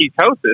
ketosis